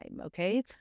okay